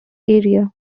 area